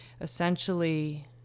essentially